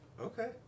Okay